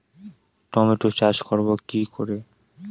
Tomato চাষ করব কি করে?